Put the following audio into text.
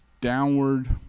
downward